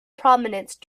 prominence